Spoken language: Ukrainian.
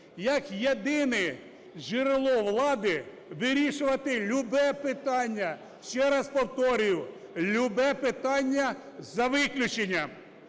як єдине джерело влади вирішувати любе питання. Ще раз повторюю, любе питання, за виключенням...